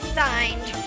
signed